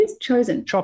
chosen